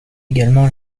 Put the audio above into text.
également